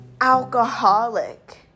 alcoholic